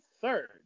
third